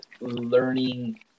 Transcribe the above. learning